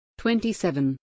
27